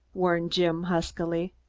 warned jim huskily.